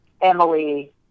Emily